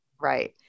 Right